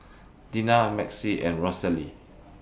Dina Maxie and Rosalie